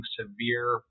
severe